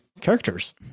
characters